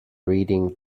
reading